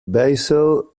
basel